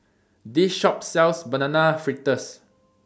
This Shop sells Banana Fritters